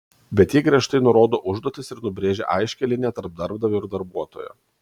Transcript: bet ji griežtai nurodo užduotis ir nubrėžia aiškią liniją tarp darbdavio ir darbuotojo